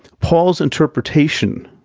paul's interpretation,